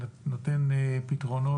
ונותן פתרונות.